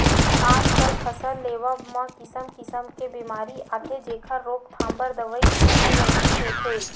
आजकल फसल लेवब म किसम किसम के बेमारी आथे जेखर रोकथाम बर दवई छितना जरूरी होथे